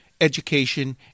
education